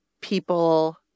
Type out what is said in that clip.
people